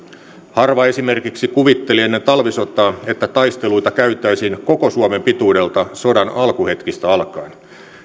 harva esimerkiksi kuvitteli ennen talvisotaa että taisteluita käytäisiin koko suomen pituudelta sodan alkuhetkistä alkaen